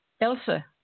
Elsa